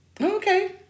Okay